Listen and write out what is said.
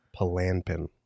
Palanpin